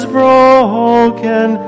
broken